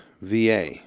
VA